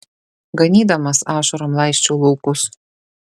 ganydamas ašarom laisčiau laukus